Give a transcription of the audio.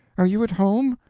are you at home?